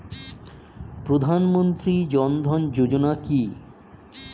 প্রধানমন্ত্রী জনধন যোজনা কি?